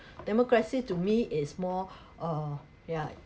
democracy to me is more uh yeah